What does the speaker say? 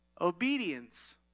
obedience